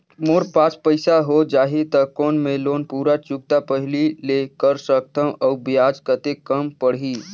मोर पास पईसा हो जाही त कौन मैं लोन पूरा चुकता पहली ले कर सकथव अउ ब्याज कतेक कम पड़ही?